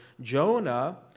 Jonah